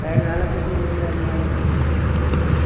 சரி நல்லா சுத்தம் பண்ணி வைக்கிறேன் வந்து வாங்கிகிட்டு போங்க ஆ